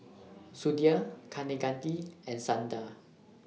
Sudhir Kaneganti and Sundar